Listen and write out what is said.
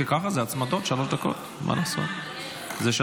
כי ככה זה הצמדות, שלוש דקות, ככה זה.